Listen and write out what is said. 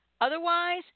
Otherwise